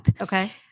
Okay